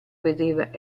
vedeva